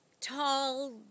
tall